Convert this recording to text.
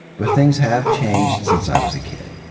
but things have changed since i was a kid.